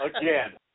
Again